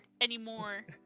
anymore